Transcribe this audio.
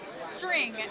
string